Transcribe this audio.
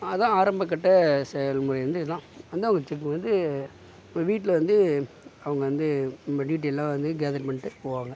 அதான் ஆரம்பக்கட்ட செயல் முறை வந்து இதான் வந்து அவங்க செக் பண்ணிவிட்டு ஒரு வீட்டில் வந்து அவங்க வந்து நம்ப டீட்டயெல்லாம் வந்து கேதர் பண்ணிட்டு போவாங்க